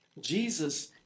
Jesus